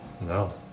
No